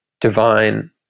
divine